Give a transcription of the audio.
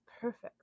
perfect